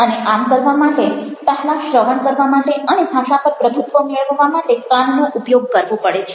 અને આમ કરવા માટે પહેલાં શ્રવણ કરવા માટે અને ભાષા પર પ્રભુત્વ મેળવવા માટે કાનનો ઉપયોગ કરવો પડે છે